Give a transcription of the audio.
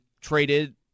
traded